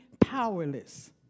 powerless